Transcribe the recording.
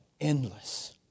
endless